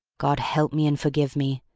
god help me and forgive me!